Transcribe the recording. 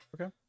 Okay